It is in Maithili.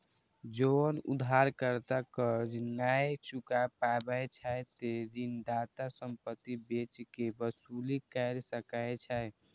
जौं उधारकर्ता कर्ज नै चुकाय पाबै छै, ते ऋणदाता संपत्ति बेच कें वसूली कैर सकै छै